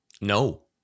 no